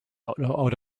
out